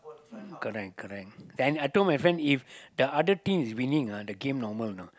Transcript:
correct correct then I told my friend if the other team is winning ah the game normal you know